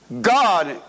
God